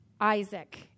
Isaac